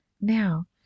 Now